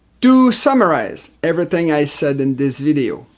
to summarize everything i said in this video,